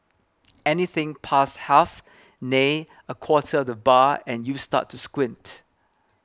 anything past half nay a quarter of the bar and you start to squint